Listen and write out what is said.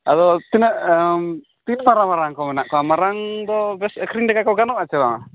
ᱟᱫᱚ ᱛᱤᱱᱟᱹᱜ ᱛᱤᱱ ᱢᱟᱨᱟᱝᱼᱢᱟᱨᱟᱝᱠᱚ ᱢᱮᱱᱟᱜ ᱠᱚᱣᱟ ᱢᱟᱨᱟᱝᱫᱚ ᱵᱮᱹᱥ ᱟᱹᱠᱷᱨᱤᱧ ᱞᱮᱠᱟᱠᱚ ᱜᱟᱱᱚᱜᱼᱟ ᱪᱮ ᱵᱟᱝᱟ